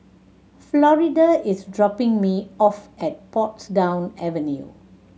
Florida is dropping me off at Portsdown Avenue